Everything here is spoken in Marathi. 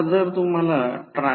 तर हा कोन आहे तर तो 36